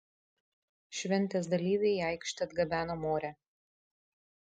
šventės dalyviai į aikštę atgabeno morę